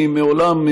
אני מעולם,